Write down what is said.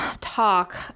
talk